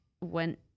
went